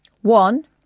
One